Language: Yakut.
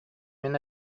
мин